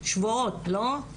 שבועות, לא?